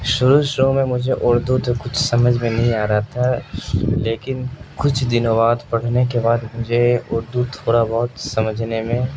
شروع شروع میں مجھے اردو تو کچھ سمجھ میں نہیں آ رہا تھا لیکن کچھ دنوں بعد پڑھنے کے بعد مجھے اردو تھوڑا بہت سمجھنے میں